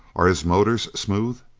are his motors smooth?